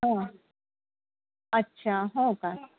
हां अच्छा हो का